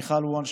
מיכל וונש,